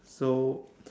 so